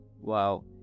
Wow